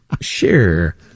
Sure